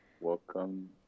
Welcome